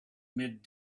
mid